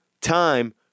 time